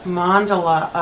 mandala